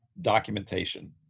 documentation